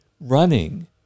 Running